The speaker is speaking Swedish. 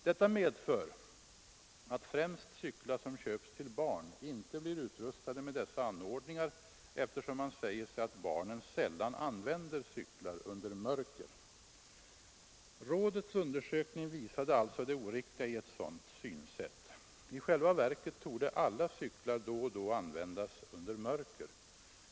Detta medför att främst cyklar som köps till barn inte blir utrustade med dessa anordningar, eftersom man säger sig att barnen sällan använder cyklar under mörker. Rådets undersökning visade alltså det oriktiga i ett sådant synsätt. I själva verket torde alla cyklar då och då användas under mörker.